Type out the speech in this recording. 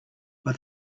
but